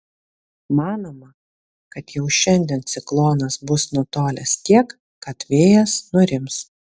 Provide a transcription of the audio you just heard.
manoma kad jau šiandien ciklonas bus nutolęs tiek kad vėjas nurims